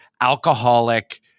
alcoholic